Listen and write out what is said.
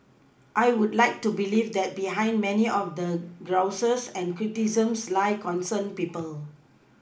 I would like to believe that behind many of the grouses and criticisms lie concerned people